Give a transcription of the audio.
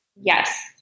Yes